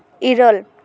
ᱤᱨᱟᱹᱞ